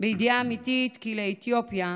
בידיעה אמיתית כי לאתיופיה,